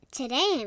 today